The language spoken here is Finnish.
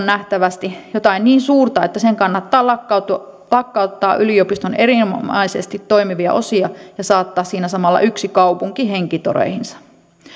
nähtävästi jotain niin suurta että sen kannattaa lakkauttaa lakkauttaa yliopiston erinomaisesti toimivia osia ja saattaa siinä samalla yksi kaupunki henkitoreihinsa